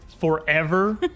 forever